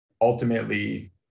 ultimately